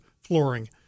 flooring